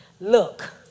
Look